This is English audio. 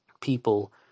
people